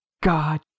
God